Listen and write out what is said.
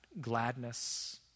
gladness